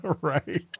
Right